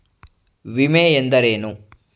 ವಿಮೆ ಎಂದರೇನು?